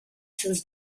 since